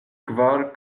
kvar